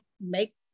make